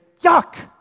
yuck